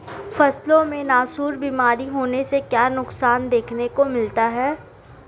फसलों में नासूर बीमारी होने से क्या नुकसान देखने को मिलता है?